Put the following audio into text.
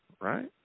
right